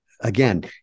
again